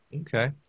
Okay